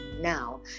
now